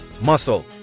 muscle